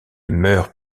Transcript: meurt